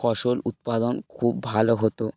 ফসল উৎপাদন খুব ভালো হতো